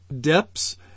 depths